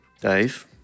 Dave